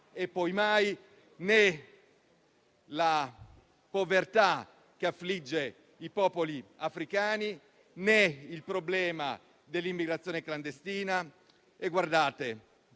e poi mai né la povertà che affligge i popoli africani né il problema dell'immigrazione clandestina.